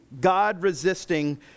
God-resisting